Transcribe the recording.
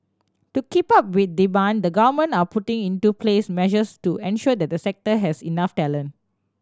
to keep up with demand the government are putting into place measures to ensure that the sector has enough talent